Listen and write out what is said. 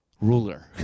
ruler